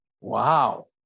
Wow